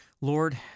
Lord